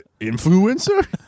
Influencer